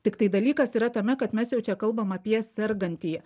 tiktai dalykas yra tame kad mes jau čia kalbam apie sergantį